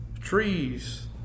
trees